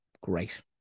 Great